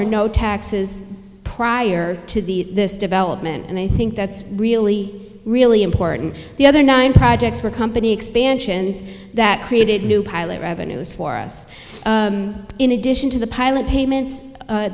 or no taxes prior to the this development and i think that's really really important the other nine projects were company expansions that created new pilot revenues for us in addition to the pilot payments